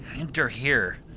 enter here.